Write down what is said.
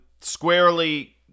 squarely